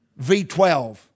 V12